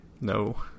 no